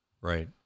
Right